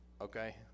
Okay